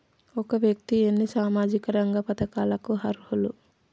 ఒక వ్యక్తి ఎన్ని సామాజిక రంగ పథకాలకు అర్హులు?